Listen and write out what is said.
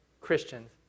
Christians